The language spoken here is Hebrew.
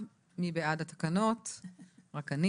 רק אני